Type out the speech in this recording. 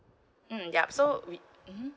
mm yup so we um